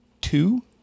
two